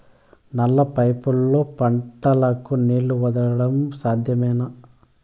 నల్ల పైపుల్లో పంటలకు నీళ్లు వదలడం సాధ్యమేనా?